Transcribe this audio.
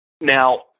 Now